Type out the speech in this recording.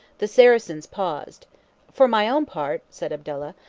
the saracens paused for my own part, said abdallah,